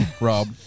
Rob